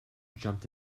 jumped